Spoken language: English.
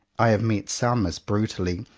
i have met some as brutally,